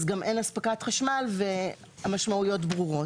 אז גם אין אספקת חשמל והמשמעויות ברורות.